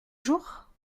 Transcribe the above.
jour